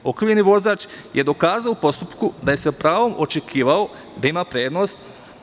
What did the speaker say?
Okrivljeni vozač je u postupku dokazao da je sa pravom očekivao da ima prednost.